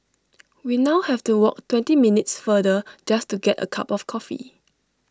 we now have to walk twenty minutes further just to get A cup of coffee